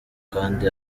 kandi